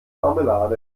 marmelade